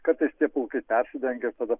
kartais tie pulkai persidengia ir tada